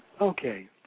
Okay